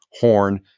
Horn